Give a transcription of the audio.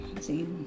see